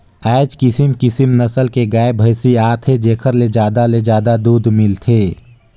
आयज किसम किसम नसल के गाय, भइसी आत हे जेखर ले जादा ले जादा दूद मिलथे